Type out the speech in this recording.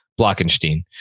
Blockenstein